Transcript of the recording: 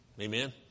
Amen